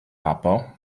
papo